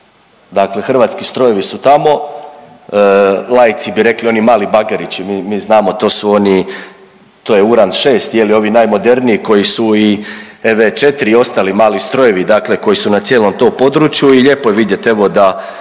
Dakle, hrvatski strojevi su tamo, laici bi rekli oni mali bagerići, mi znamo to su oni, to je Uran 6 je li ovi najmoderniji koji su i W4 i ostali mali strojevi, dakle koji su na cijelom tom području i lijepo je vidjeti evo da